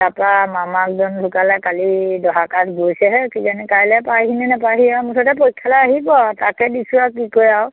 তাপা মামাকজন ঢুকালে কালি দহা কাজ গৈছেহে কিজানি কাইলে পাইহি নে নেপায়হি আৰু মুঠতে পৰীক্ষালে আহিব তাকে দিছোঁ আৰু কি কয় আৰু